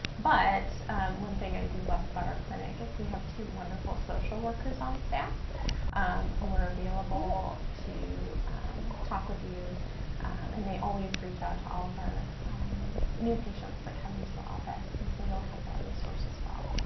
but one thing i do love about our clinic is we have two wonderful social workers on staff um who are available to talk with you and they always reach out to all of our new patients that come into the office and so you'll have that resource as well.